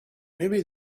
maybe